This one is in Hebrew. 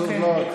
עצוב מאוד,